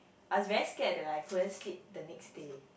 I was very scared that I couldn't sleep the next day